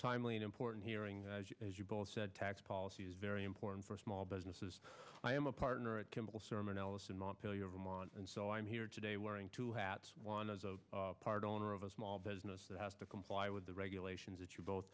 timely and important hearing as you both said tax policy is very important for small businesses i am a partner at chemical sermon allison montpelier vermont and so i'm here today wearing two hats one is a part owner of a small business that has to comply with the regulations that you both